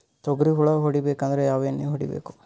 ತೊಗ್ರಿ ಹುಳ ಹೊಡಿಬೇಕಂದ್ರ ಯಾವ್ ಎಣ್ಣಿ ಹೊಡಿಬೇಕು?